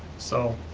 so